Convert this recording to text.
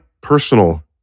personal